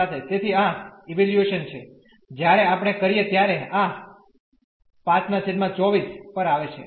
તેથી આ ઇવેલ્યુએશન છે જ્યારે આપણે કરીએ ત્યારે આ 524 પર આવે છે આ ઇન્ટિગ્રલ